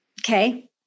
Okay